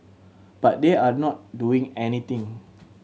but they are not doing anything